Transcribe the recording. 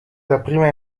dapprima